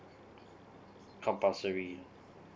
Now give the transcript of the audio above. compulsory